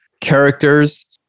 characters